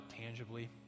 tangibly